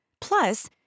Plus